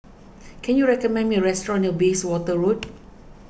can you recommend me a restaurant near Bayswater Road